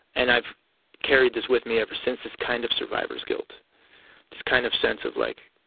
and i've carried this with me ever since, this kind of survivor's guilt this kind of sense of, like,